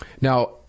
Now